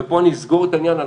ופה אני אסגור את העניין,